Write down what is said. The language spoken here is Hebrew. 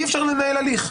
אי אפשר לנהל הליך.